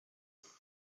pastor